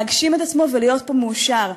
להגשים את עצמו ולהיות פה מאושר.